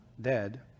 dead